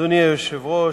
אדוני היושב-ראש,